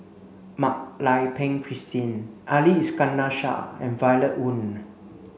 Mak Lai Peng Christine Ali Iskandar Shah and Violet Oon